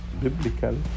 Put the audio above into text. biblical